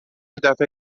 دفه